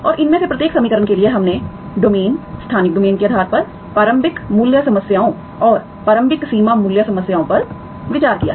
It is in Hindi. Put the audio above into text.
और इनमें से प्रत्येक समीकरण के लिए हमने डोमेन स्थानिक डोमेन के आधार पर प्रारंभिक मूल्य समस्याओं और प्रारंभिक सीमा मूल्य समस्याओं पर विचार किया है